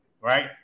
right